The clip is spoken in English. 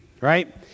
right